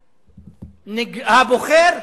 הבוחר,